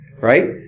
right